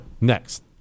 next